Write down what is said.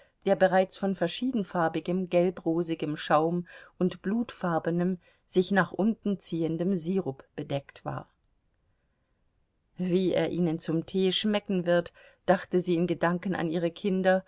der bereits von verschiedenfarbigem gelbrosigem schaum und blutfarbenem sich nach unten ziehendem sirup bedeckt war wie er ihnen zum tee schmecken wird dachte sie in gedanken an ihre kinder